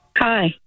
Hi